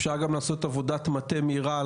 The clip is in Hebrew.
אפשר גם לעשות עבודת מטה מהירה,